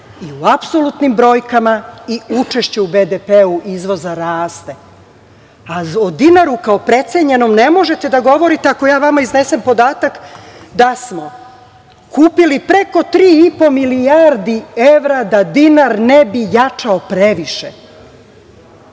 i u apsolutnim brojkama i u učešće u BDP izvoza raste, a o dinaru kao precenjenom ne možete da govorite ako ja vama iznesem podatak da smo kupili preko 3,5 milijardi evra da dinar ne bi jačao previše. Mi